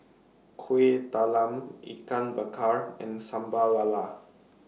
Kueh Talam Ikan Bakar and Sambal Lala